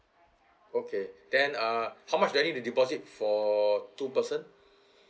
okay then uh how much do I need to deposit for two person